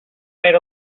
wait